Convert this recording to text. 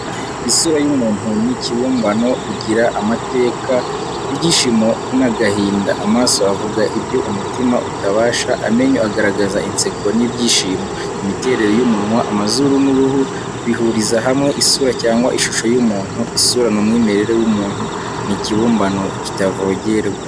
Isura y’umuntu ni ikibumbano, Igira amateka, ibyishimo n’agahinda. Amaso avuga ibyo umutima utabasha, Amenyo agaragaza inseko n’ ibyishimo. Imiterere y’ umunwa, amazuru n’uruhu, bihuriza hamwe isura cyangwa ishusho y’umuntu. Isura ni umwimerere w’umuntu, Ni ikibumbano kitavogerwa.